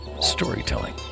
storytelling